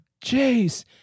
Jace